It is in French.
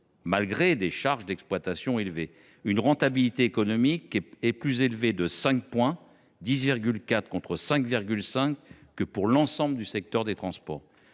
Malgré des charges d’exploitation élevées, sa rentabilité économique est plus élevée de cinq points – 10,4 % contre 5,5 %–, que celle du secteur des transports